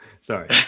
Sorry